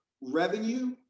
revenue